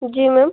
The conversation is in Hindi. जी मैम